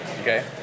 Okay